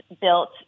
built